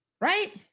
Right